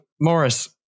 Morris